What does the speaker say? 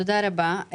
תודה רבה.